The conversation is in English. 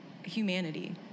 Humanity